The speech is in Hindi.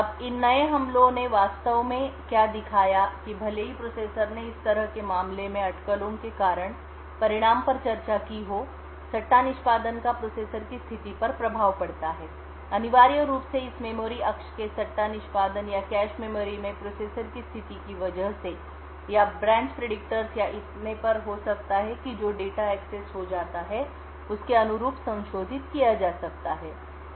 अब इन नए हमलों ने वास्तव में क्या दिखाया कि भले ही प्रोसेसर ने इस तरह के मामले में अटकलों के कारण परिणाम पर चर्चा की हो सट्टा निष्पादन का प्रोसेसर की स्थिति पर प्रभाव पड़ता है अनिवार्य रूप से इस मेमोरी अक्ष के सट्टा निष्पादन या कैश मेमोरी में प्रोसेसर की स्थिति की वजह से या ब्रांच प्रेडिक्टर्स या इतने पर हो सकता है कि जो डेटा एक्सेस हो जाता है उसके अनुरूप संशोधित किया जा सकता है